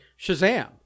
Shazam